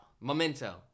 Memento